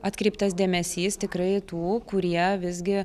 atkreiptas dėmesys tikrai tų kurie visgi